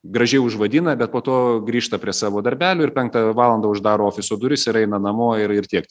gražiai užvadina bet po to grįžta prie savo darbelių ir penktą valandą uždaro ofiso duris ir eina namo ir ir tiek